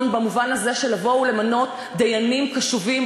במובן הזה של לבוא ולמנות דיינים קשובים,